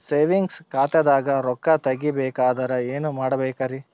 Savings ಖಾತಾದಾಗ ರೊಕ್ಕ ತೇಗಿ ಬೇಕಾದರ ಏನ ಮಾಡಬೇಕರಿ?